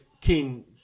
King